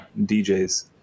DJs